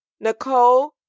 Nicole